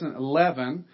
2011